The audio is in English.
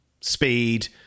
speed